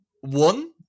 one